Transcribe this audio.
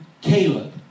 Caleb